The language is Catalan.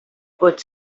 pot